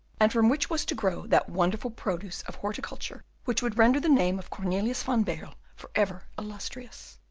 and from which was to grow that wonderful produce of horticulture which would render the name of cornelius van baerle for ever illustrious.